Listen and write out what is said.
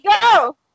go